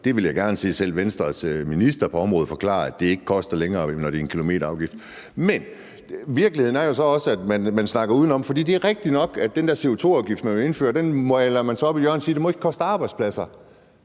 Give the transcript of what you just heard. Det vil jeg gerne se selv Venstres minister på området forklare, altså at det ikke koster mere, når det er en kilometerafgift. Men virkeligheden er jo så også, at man snakker udenom. Det er rigtigt nok, at man maler den der CO2-afgift, man vil indføre, op i et hjørne og siger, at det ikke må koste arbejdspladser.